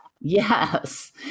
Yes